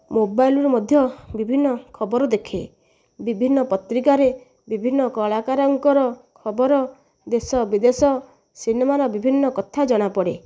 ମୋବାଇଲ୍ରୁ ବି ମଧ୍ୟ ବିଭିନ୍ନ ଖବର ଦେଖେ ବିଭିନ୍ନ ପତ୍ରିକାରେ ବିଭିନ୍ନ କଳାକାରଙ୍କର ଖବର ଦେଶ ବିଦେଶ ସିନେମାର ବିଭିନ୍ନ କଥା ଜଣା ପଡ଼େ